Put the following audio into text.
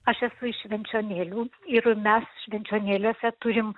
aš esu iš švenčionėlių ir mes švenčionėliuose turim